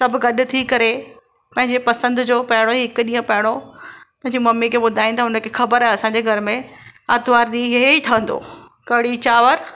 सभु गॾु थी करे पंहिंजे पसंदि जो पहिरियूं हिकु ॾींहुं पहिरियों मुंहिंजी ममी खे ॿुधाईंदा हुनखे ख़बर आहे असांजे घर में आरितवार ॾींहुं हे ई ठहंदो कढ़ी चांवर